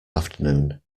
afternoon